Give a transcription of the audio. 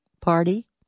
party